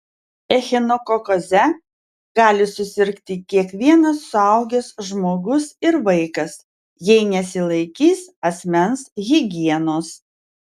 echinokokoze gali susirgti kiekvienas suaugęs žmogus ir vaikas jei nesilaikys asmens higienos